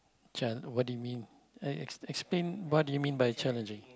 chal~ what do you mean uh ex~ explain what do you mean by challenging